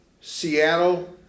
Seattle